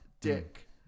dick